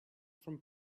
from